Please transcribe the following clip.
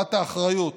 העברת האחריות